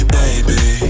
baby